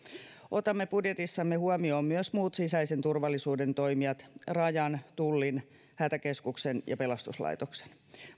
otamme budjetissamme huomioon myös muut sisäisen turvallisuuden toimijat rajan tullin hätäkeskuksen ja pelastuslaitoksen